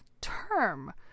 term